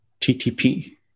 TTP